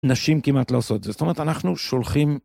נשים כמעט לא עושות, זאת אומרת אנחנו שולחים.